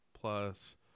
plus